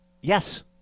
Yes